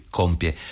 compie